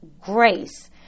grace